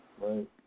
Right